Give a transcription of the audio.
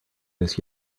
this